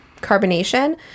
carbonation